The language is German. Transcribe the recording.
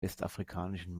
westafrikanischen